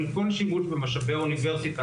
אין כל שימוש במשאבי האוניברסיטה,